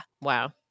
Wow